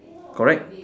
correct